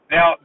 Now